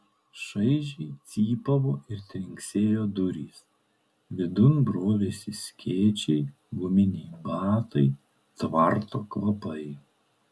šaižiai cypavo ir trinksėjo durys vidun brovėsi skėčiai guminiai batai tvarto kvapai